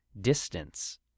distance